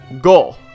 go